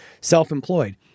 Self-employed